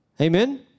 Amen